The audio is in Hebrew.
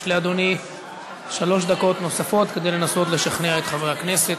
יש לאדוני שלוש דקות נוספות כדי לנסות לשכנע את חברי הכנסת.